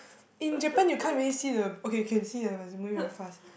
in Japan you can't really see the okay can see lah but it's moving very fast